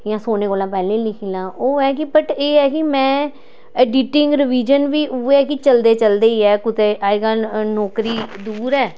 जां सोने कोला पैह्लें लिखी लैं ओह् ऐ कि वट एह् ऐ कि में एडिटिंग रिवीजन बी उऐ कि चलदे चलदे ई ऐ कुतै अज्जकल नौकरी दूर ऐ